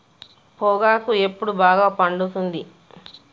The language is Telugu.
పొగాకు ఎప్పుడు బాగా పండుతుంది?